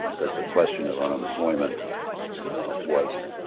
cause the question of unemployment was